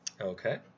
Okay